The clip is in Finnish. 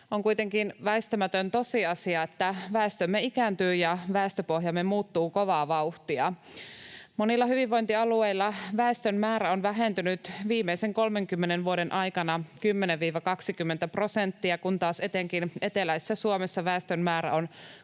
On kuitenkin väistämätön tosiasia, että väestömme ikääntyy ja väestöpohjamme muuttuu kovaa vauhtia. Monilla hyvinvointialueilla väestön määrä on vähentynyt viimeisen 30 vuoden aikana 10—20 prosenttia, kun taas etenkin eteläisessä Suomessa väestön määrä on kasvanut